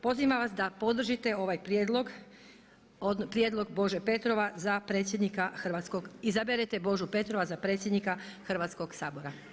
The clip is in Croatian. Pozivam vas da podržite ovaj prijedlog, prijedlog Bože Petrova za predsjednika Hrvatskog, izaberete Božu Petrova za predsjednika Hrvatskoga sabora.